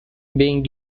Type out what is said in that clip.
being